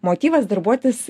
motyvas darbuotis